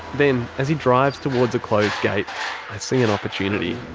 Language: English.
then, as he drives towards a closed gate, i see an opportunity.